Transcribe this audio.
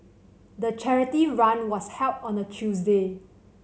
the charity run was held on a Tuesday